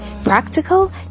Practical